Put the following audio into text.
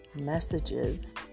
messages